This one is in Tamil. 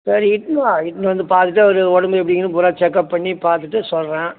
சரி இட்டுன்னு வா இட்டுன்னு வந்து பார்த்துட்டு அவருக்கு உடம்புக்கு எப்படி இருக்குனு பூராக செக்கப் பண்ணி பார்த்துட்டு சொல்கிறேன்